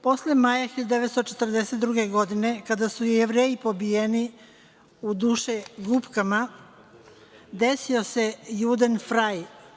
Posle maja 1942. godine, kada su Jevreji pobijeni dušegupkama, desio se „Juden fraj“